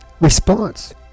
response